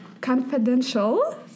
confidential